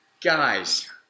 Guys